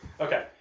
Okay